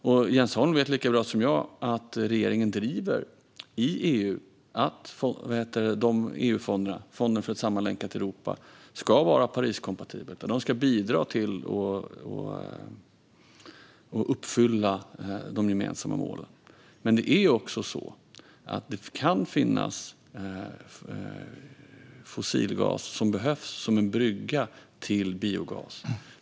Och Jens Holm vet lika bra som jag att regeringen i EU driver att EU-fonden för ett sammanlänkat Europa ska vara Pariskompatibel. Den ska bidra till att uppfylla de gemensamma målen. Men det kan finnas fossilgas som behövs som en brygga till biogas.